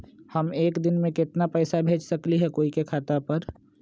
हम एक दिन में केतना पैसा भेज सकली ह कोई के खाता पर?